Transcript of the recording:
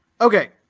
Okay